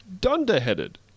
Dunderheaded